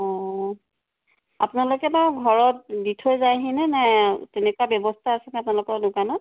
অ' অ' আপোনালোকে বাৰু ঘৰত দি থৈ যায়হিনে নে তেনেকুৱা ব্যৱস্থা আছে নে আপোনালোকৰ দোকানত